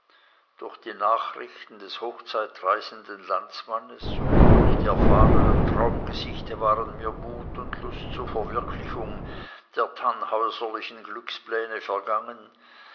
durch die nachrichten des hochzeitreisenden landsmannes sowie durch die erfahrenen traumgesichte waren mir mut und lust zur verwirklichung der tannhäuserlichen glückspläne vergangen